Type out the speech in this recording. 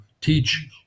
teach